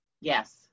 Yes